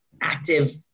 active